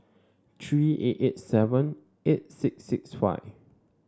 three eight eight seven eight six six five